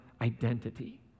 identity